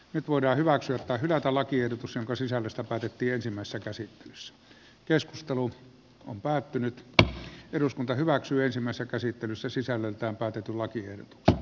nyt voidaan hyväksyä tai hylätä lakiehdotus jonka sisällöstä päätettiin ensimmäisessä käsittelyssä sisällöltään katetulla kierto